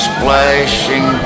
Splashing